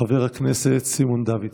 חבר הכנסת סימון דוידסון,